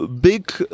big